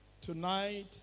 tonight